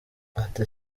ati